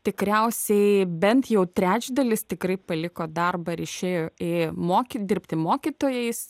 tikriausiai bent jau trečdalis tikrai paliko darbą ir išėjo į mokyt dirbti mokytojais